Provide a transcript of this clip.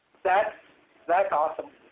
that's like awesome.